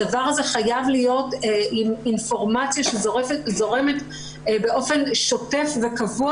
הדבר הזה חייב להיות עם אינפורמציה שזורמת באופן שוטף וקבוע